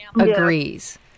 agrees